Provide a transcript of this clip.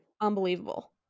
Unbelievable